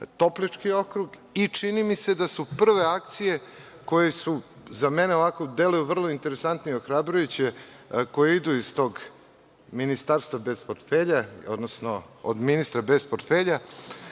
Toplički okrug. Čini mi se da su prve akcije, koje za mene ovako deluju vrlo interesantno i ohrabrujuće, a koje idu iz tog ministarstva bez portfelja, odnosno od ministra bez portfelja,